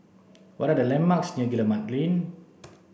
what are the landmarks near Guillemard Lane